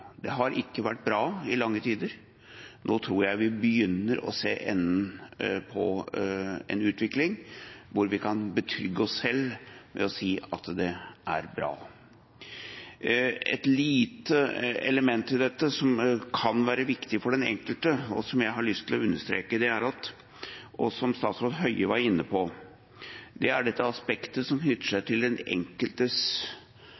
de har krav på. Det har i lange tider ikke vært bra. Nå tror jeg at vi begynner å se enden på en utvikling hvor vi kan betrygge oss selv med å si at det er bra. Et lite element i dette, som kan være viktig for den enkelte, som jeg har lyst til å understreke, og som statsråd Høie var inne på, er det aspektet som knytter seg